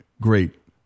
great